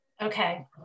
okay